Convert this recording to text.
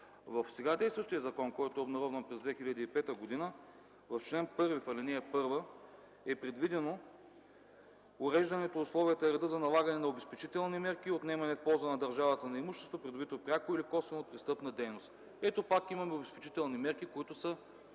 В сега действащия закон, който е обнародван през 2005 г., в чл. 1, в ал. 1 е предвидено уреждане при условията и реда за налагане на обезпечителни мерки и отнемане в полза на държавата на имущество, придобито пряко или косвено от престъпна дейност. Ето, пак имаме обезпечителни мерки, които са